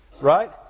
right